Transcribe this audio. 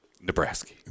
Nebraska